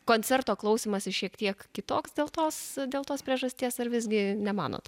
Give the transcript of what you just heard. koncerto klausymasis šiek tiek kitoks dėl tos dėl tos priežasties ar visgi nemanot